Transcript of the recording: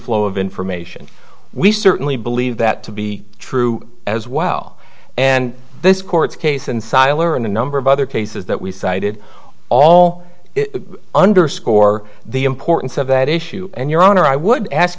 flow of information we certainly believe that to be true as well and this court's case in siler and a number of other cases that we cited all underscore the importance of that issue and your honor i would ask